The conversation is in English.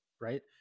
right